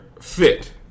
fit